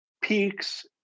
peaks